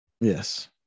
Yes